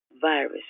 virus